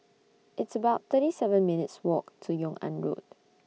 It's about thirty seven minutes' Walk to Yung An Road